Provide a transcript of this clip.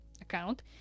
account